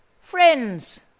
Friends